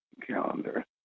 calendar